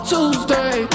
Tuesday